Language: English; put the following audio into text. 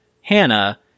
Hannah